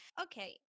Okay